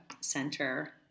center